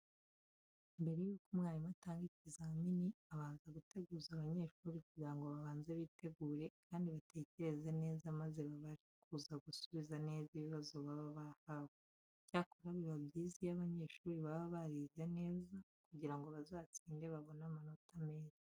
Mbere yuko umwarimu atanga ikizamini abanza guteguza abanyeshuri kugira ngo babanze bitegure kandi batekereze neza maze babashe kuza gusubiza neza ibibazo baba bahawe. Icyakora biba byiza iyo abanyeshuri baba barize neza kugira ngo bazatsinde babone amanota meza.